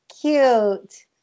cute